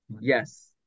Yes